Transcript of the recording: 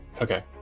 Okay